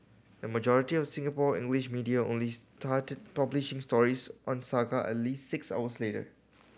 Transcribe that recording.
the majority of Singapore media only started publishing stories on saga at least six hours later